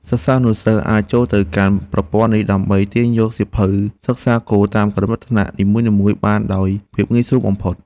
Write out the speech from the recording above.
សិស្សានុសិស្សអាចចូលទៅកាន់ប្រព័ន្ធនេះដើម្បីទាញយកសៀវភៅសិក្សាគោលតាមកម្រិតថ្នាក់នីមួយៗបានដោយភាពងាយស្រួលបំផុត។